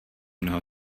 mnoho